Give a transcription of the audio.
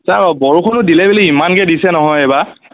বৰষুণো দিলে বুলি ইমানকে দিছে নহয় এইবাৰ